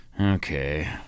okay